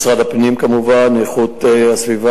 כמובן משרד הפנים והמשרד להגנת הסביבה.